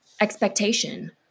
expectation